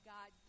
God